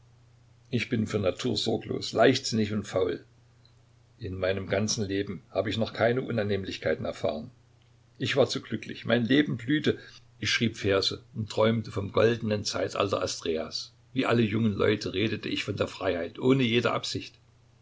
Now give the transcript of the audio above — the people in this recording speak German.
ich bin von natur sorglos leichtsinnig und faul in meinem ganzen leben habe ich noch keine unannehmlichkeiten erfahren ich war zu glücklich mein leben blühte ich schrieb verse und träumte vom goldenen zeitalter asträas wie alle jungen leute redete ich von der freiheit ohne jede absicht